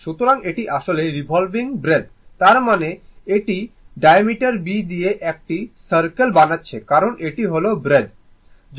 সুতরাং এটি আসলে রিভলভিং ব্রেডথ তার মানে এটি এটি ডায়ামিটার b দিয়ে একটি সার্কেল বানাচ্ছে কারণ এটি হল ব্রেডথ